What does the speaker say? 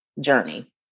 journey